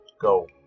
go